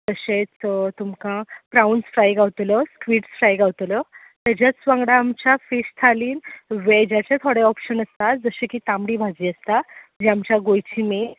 तशेंच तुमकां prawns fry गावतलो स्किड्स फ्राय गावतलो ताज्याच वांगडा आमच्या फीश थालीन वेजाचे थोडे ऑप्शन आसता जशे की तांबडी भाजी आसता जी आमच्या गोंयची मेन